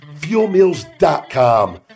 FuelMeals.com